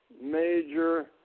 major